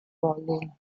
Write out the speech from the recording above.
volume